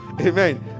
Amen